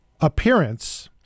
appearance